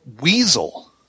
weasel